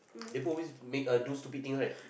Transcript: Deadpool always make err do stupid thing right